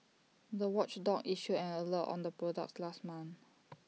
the watchdog issued an alert on the products last month